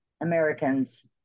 Americans